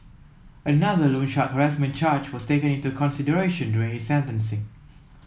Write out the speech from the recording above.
another loan shark harassment charge was taken into consideration during his sentencing